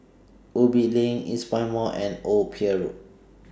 Ubi LINK Eastpoint Mall and Old Pier Road